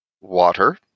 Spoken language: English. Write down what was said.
water